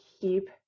keep